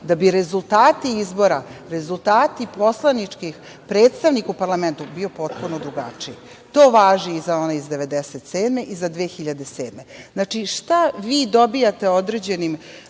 da bi rezultati izbora, rezultati poslaničkih predstavnika u parlamentu bio potpuno drugačiji. To važi i za one iz 1997. i 2007. godine. Znači, šta vi dobijate određenim